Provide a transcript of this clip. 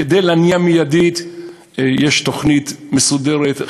כדי להניע מיידית יש תוכנית מסודרת,